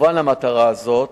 מכוון למטרה זו,